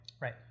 Right